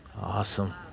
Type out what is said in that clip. Awesome